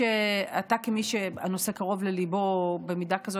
כמי שהנושא קרוב לליבו במידה כזאת,